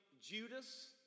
Judas